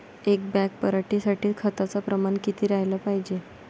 एक बॅग पराटी साठी खताचं प्रमान किती राहाले पायजे?